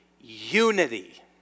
unity